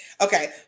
Okay